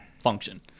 function